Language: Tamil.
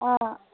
ஆ